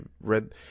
read